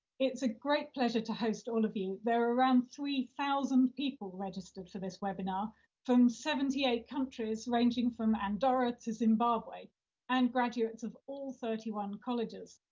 it's a great pleasure to host all of you. there are around three thousand people registered for this webinar from seventy eight countries ranging from andorra to zimbabwe and graduates of all thirty one colleges.